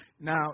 Now